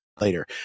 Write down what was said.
Later